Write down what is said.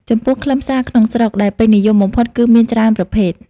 ចំពោះខ្លឹមសារក្នុងស្រុកដែលពេញនិយមបំផុតគឺមានច្រើនប្រភេទ។